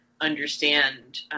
understand